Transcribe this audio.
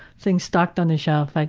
thinks stocked on a shelf. like